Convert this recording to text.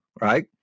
right